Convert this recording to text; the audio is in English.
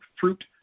fruit